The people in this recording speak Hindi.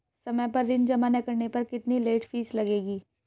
समय पर ऋण जमा न करने पर कितनी लेट फीस लगेगी?